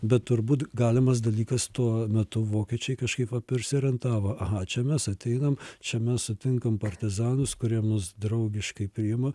bet turbūt galimas dalykas tuo metu vokiečiai kažkaip va persiorientavo aha čia mes ateinam čia mes sutinkam partizanus kurie mus draugiškai priima